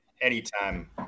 anytime